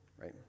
right